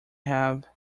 have